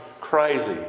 crazy